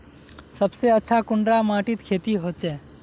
सबसे अच्छा कुंडा माटित खेती होचे?